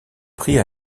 prit